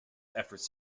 efforts